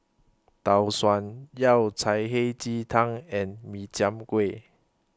Tau Suan Yao Cai Hei Ji Tang and Min Chiang Kueh